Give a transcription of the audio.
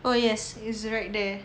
oh yes it's right there